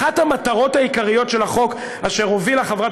אחת המטרות העיקריות של החוק אשר הובילה חברת